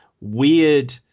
weird